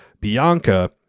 Bianca